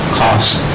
cost